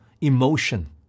emotion